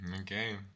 okay